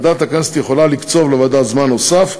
ועדת הכנסת יכולה לקצוב לוועדה זמן נוסף,